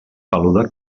peluda